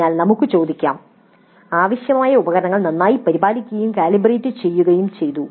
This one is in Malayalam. അതിനാൽ നമുക്ക് ചോദ്യം ചോദിക്കാം "ആവശ്യമായ ഉപകരണങ്ങൾ നന്നായി പരിപാലിക്കുകയും കാലിബ്രേറ്റ് ചെയ്യുകയും ചെയ്തു